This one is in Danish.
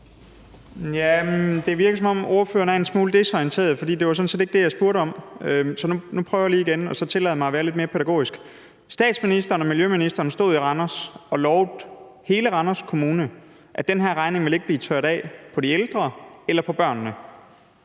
Det virker, som om ordføreren er en smule desorienteret, for det var sådan set ikke det, jeg spurgte om. Nu prøver jeg lige igen, og så tillader jeg mig at være lidt mere pædagogisk. Statsministeren og miljøministeren stod i Randers og lovede hele Randers Kommune, at den her regning ikke ville blive tørret af på de ældre eller på børnene.